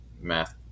math